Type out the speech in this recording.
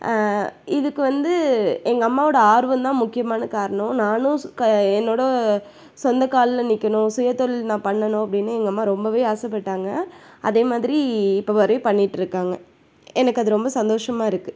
இதுக்கு வந்து எங்கள் அம்மாவோட ஆர்வம் தான் முக்கியமான காரணம் நானும் என்னோட சொந்த காலில் நிற்கணும் சுய தொழில் நான் பண்ணணும் அப்படின்னு எங்கள் அம்மா ரொம்பவே ஆசைப்பட்டாங்க அதேமாதிரி இப்போ வரையும் பண்ணிட்டுருக்காங்க எனக்கு அது ரொம்ப சந்தோஷமாக இருக்கு